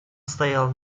стоял